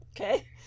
Okay